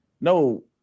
no